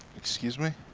excuse me?